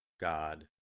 God